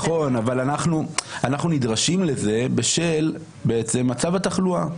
אבל אנחנו נדרשים לזה בשל בעצם מצב התחלואה.